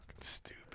Stupid